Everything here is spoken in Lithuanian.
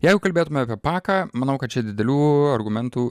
jeigu kalbėtume apie paką manau kad čia didelių argumentų